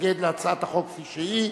מתנגד להצעת החוק כפי שהיא,